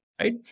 right